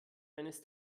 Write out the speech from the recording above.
eines